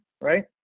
right